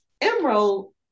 Emerald